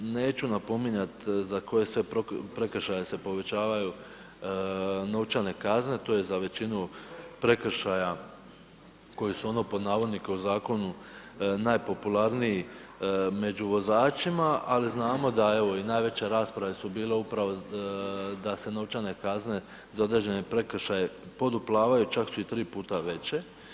Neću napominjat za koje sve prekršaje se povećavaju novčane kazne, to je za većinu prekršaja koji su, ono pod navodnike, u zakonu najpopularniji među vozačima, ali znamo da evo i najveće rasprave su bile upravo da se novčane kazne za određene prekršaje poduplavaju, čak su i tri puta veće.